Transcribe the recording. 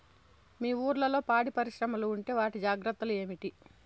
మీ ఊర్లలో పాడి పరిశ్రమలు ఉంటే వాటి జాగ్రత్తలు ఏమిటి